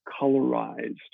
colorized